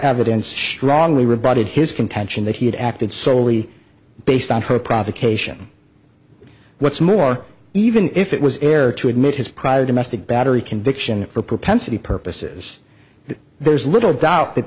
evidence strongly rebutted his contention that he had acted solely based on her provocation what's more even if it was air to admit his prior domestic battery conviction for propensity purposes there's little doubt that